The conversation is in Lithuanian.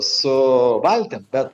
su valtim bet